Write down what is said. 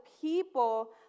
people